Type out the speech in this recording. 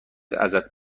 ازت